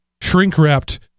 shrink-wrapped